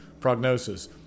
prognosis